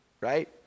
right